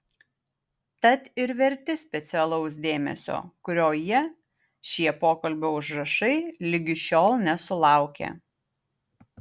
tad ir verti specialaus dėmesio kurio jie šie pokalbio užrašai ligi šiol nesulaukė